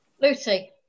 Lucy